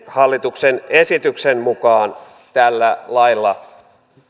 hallituksen esityksen mukaan tällä lailla